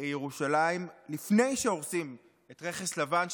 בירושלים לפני שהורסים את רכס לבן,